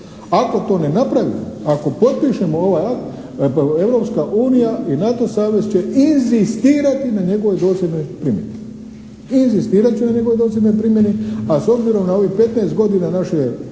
ako to ne napravimo, ako potpišemo ovaj akt, Europska unija i NATO savez će inzistirati na njegovoj dosljednoj primjeni. A s obzirom na ovih 15 godina naše